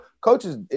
coaches